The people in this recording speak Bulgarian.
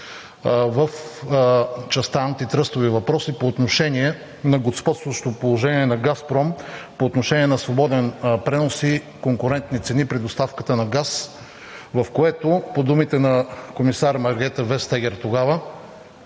в частта „Антитръстови въпроси“ по отношение на господстващото положение на „Газпром“ по отношение на свободен пренос и конкурентни цени при доставката на газ, в което по думите на комисар Маргрете Вестагер тогава